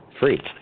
free